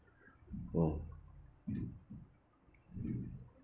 !wow!